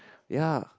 yeah